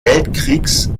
weltkriegs